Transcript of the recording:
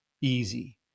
easy